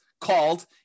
called